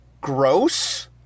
gross